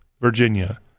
Virginia